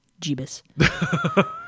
Jeebus